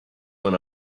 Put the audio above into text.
when